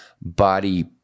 body